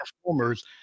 performers